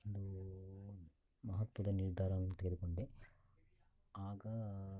ಒಂದು ಮಹತ್ವದ ನಿರ್ಧಾರವನ್ನು ತೆಗೆದುಕೊಂಡೆ ಆಗ